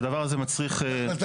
שוב הדבר הזה מצריך --- הנה,